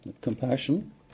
compassion